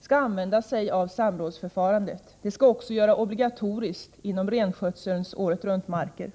skall använda sig av samrådsförfarandet. Det skall också göras obligatoriskt inom renskötselns åretruntmarker.